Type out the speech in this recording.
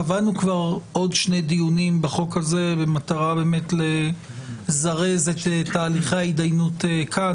קבענו כבר עוד שני דיונים בחוק הזה במטרה לזרז את תהליכי ההתדיינות כאן.